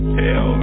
hell